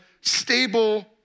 stable